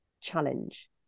challenge